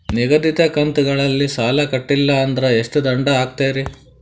ನಿಗದಿತ ಕಂತ್ ಗಳಲ್ಲಿ ಸಾಲ ಕಟ್ಲಿಲ್ಲ ಅಂದ್ರ ಎಷ್ಟ ದಂಡ ಹಾಕ್ತೇರಿ?